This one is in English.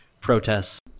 protests